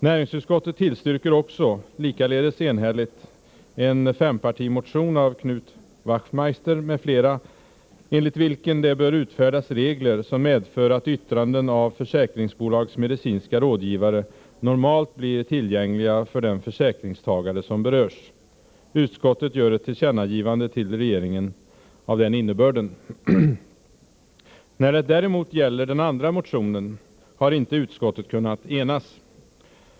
Näringsutskottet tillstyrker också — likaledes enhälligt — en fempartimotion av Knut Wachtmeister m.fl. enligt vilken det bör utfärdas regler som medför att yttranden av försäkringsbolags medicinska rådgivare normalt blir tillgängliga för den försäkringstagare som berörs. Utskottet gör ett tillkännagivande till regeringen av den innebörden. När det däremot gäller den andra motionen har inte utskottet kunnat enas.